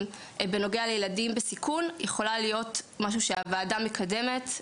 בנוגע לילדים בסיכון יכולה להיות משהו שהוועדה מקדמת.